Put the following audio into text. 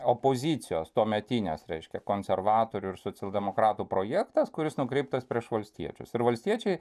opozicijos tuometinės reiškia konservatorių ir socialdemokratų projektas kuris nukreiptas prieš valstiečius ir valstiečiai